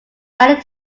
guided